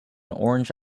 orange